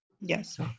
Yes